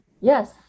yes